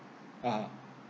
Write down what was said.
ah